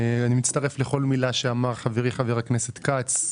אני מצטרף לכל מילה שאמר חברי חבר הכנסת אופיר כץ.